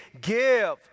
Give